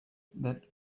that